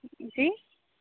جی